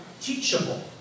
teachable